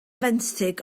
fenthyg